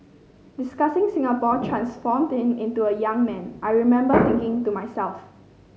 discussing Singapore transformed him into a young man I remember thinking to myself